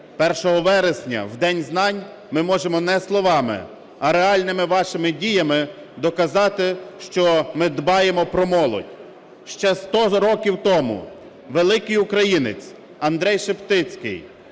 1 вересня, в День знань ми можемо не словами, а реальними вашими діями доказати, що ми дбаємо про молодь. Ще сто років тому великий українець Андрей Шептицький